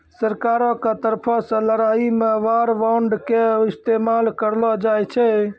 सरकारो के तरफो से लड़ाई मे वार बांड के इस्तेमाल करलो जाय छै